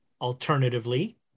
Alternatively